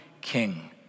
king